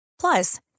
Plus